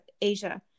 Asia